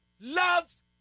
Loves